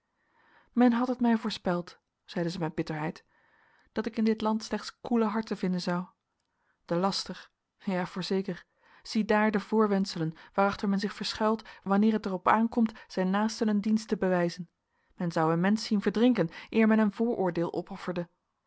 men had het mij voorspeld zeide zij met bitterheid dat ik in dit land slechts koele harten vinden zou de laster ja voorzeker ziedaar de voorwendselen waarachter men zich verschuilt wanneer het er op aankomt zijn naasten een dienst te bewijzen men zou een mensch zien verdrinken eer men een vooroordeel opofferde